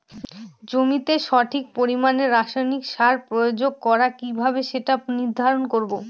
জমিতে সঠিক পরিমাণে রাসায়নিক সার প্রয়োগ করা কিভাবে সেটা নির্ধারণ করব?